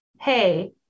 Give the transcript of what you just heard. hey